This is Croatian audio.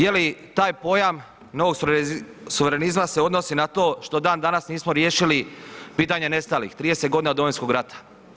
Jeli taj pojam novog suverenizma se odnosi na to što dan danas nismo riješili pitanje nestalih 30 godina od Domovinskog rata?